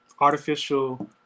artificial